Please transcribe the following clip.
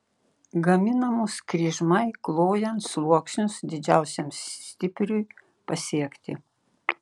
gaminamos kryžmai klojant sluoksnius didžiausiam stipriui pasiekti